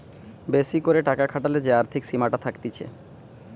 বেশি করে টাকা খাটালে যে আর্থিক সীমাটা থাকতিছে